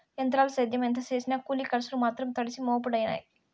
ఎంత్రాల సేద్యం ఎంత సేసినా కూలి కర్సులు మాత్రం తడిసి మోపుడయినాయి